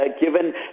given